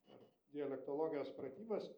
per dialektologijos pratybas